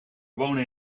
wonen